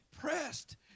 pressed